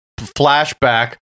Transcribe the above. flashback